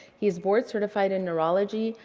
he is board-certified in neurology,